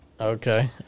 Okay